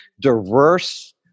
diverse